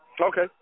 Okay